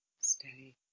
Steady